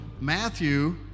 Matthew